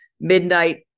midnight